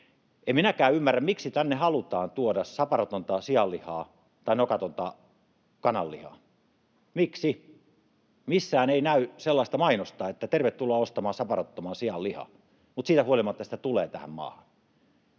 en minäkään ymmärrä, miksi tänne haluamme tuoda saparotonta sianlihaa tai nokatonta kananlihaa. Miksi? Missään ei näy sellaista mainosta, että tervetuloa ostamaan saparottoman sian lihaa, mutta siitä huolimatta sitä tulee tähän maahan.